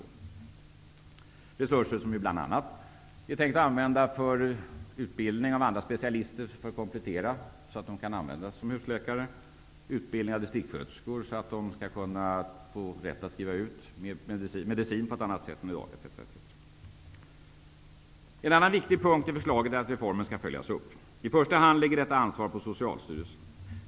Dessa resurser är bl.a. tänkta att användas för utbildningen av andra specialister för att komplettera så att de kan användas som husläkare, utbildning av distriktssköterskor så att de skall kunna få rätt att skriva ut medicin på ett annat sätt än i dag etc. En annan viktig punkt i förslaget är att reformen följs upp. I första hand ligger detta ansvar på Socialstyrelsen.